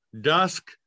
dusk